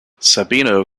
sabino